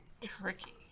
Tricky